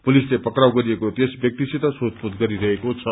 पुलिले पक्राउ गरिएको त्यस व्याक्तिसित सोधपूछ गरिरहेको छ